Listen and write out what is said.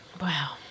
Wow